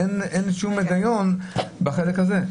אין כל היגיון בחלק הזה.